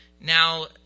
now